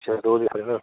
अच्छा रोज निकाल रहे